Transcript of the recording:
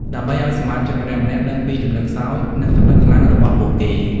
ដើម្បីឲ្យសមាជិកម្នាក់ៗដឹងពីចំណុចខ្សោយនិងចំណុចខ្លាំងរបស់ពួកគេ។